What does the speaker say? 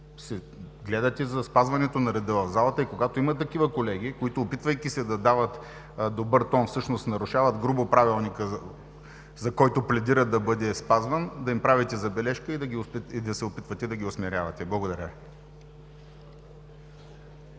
да гледате за спазването на реда в залата и, когато има такива колеги, които, опитвайки се да дават добър тон, всъщност нарушават грубо правилника, за който пледират да бъде спазван, да им правите забележка и да се опитвате да ги осмирявате. Благодаря